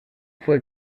fue